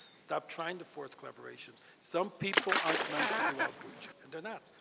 stop trying to force collaborations. some people aren't meant to do outreach. and they're not.